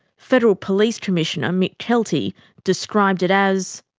federal police commissioner mick kelty described it as